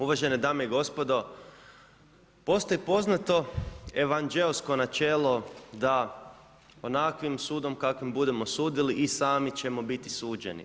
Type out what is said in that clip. Uvažene dame i gospodo, postoji poznato evanđeosko načelo da onakvim sudom kakvim budemo sudili i sami ćemo biti suđeni.